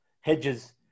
hedges